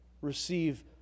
receive